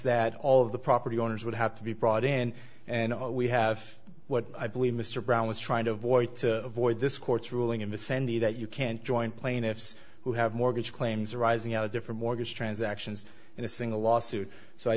that all of the property owners would have to be brought in and we have what i believe mr brown was trying to avoid to avoid this court's ruling in the sandy that you can't join plaintiffs who have mortgage claims arising out of different mortgage transactions in a single lawsuit so i